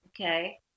Okay